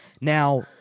Now